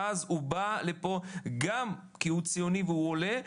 ואז הוא בא לפה גם כי הוא ציוני והוא עולה,